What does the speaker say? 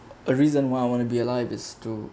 a reason why I want to be alive is to